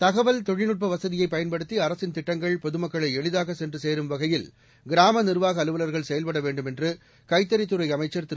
தகவல் தொழில்நுட்ப வசதியை பயன்படுத்தி அரசின் திட்டங்கள் பொதுமக்களை எளிதாக சென்று சேரும் வகையில் கிராம நிர்வாக அலுவலர்கள் செயல்பட வேண்டும் என்று கைத்தறித் துறை அமைச்சர் திரு